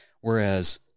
whereas